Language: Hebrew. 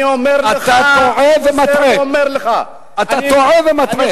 אני אומר לך, חוזר ואומר לך, אתה טועה ומטעה.